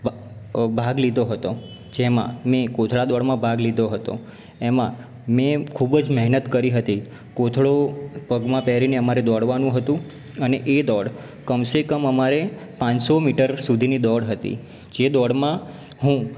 ભા ભાગ લીધો હતો જેમાં મેં કોથળા દોડમાં ભાગ લીધો હતો એમાં મેં ખૂબ જ મહેનત કરી હતી કોથળો પગમાં પહેરીને અમારે દોડવાનું હતું અને એ દોડ કમસે કમ અમારે પાંચસો મીટર સુધીની દોડ હતી જે દોડમાં હું